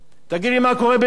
תגיד לי, מה קורה במצרים?